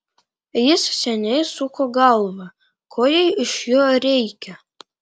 jis seniai suko galvą ko jai iš jo reikia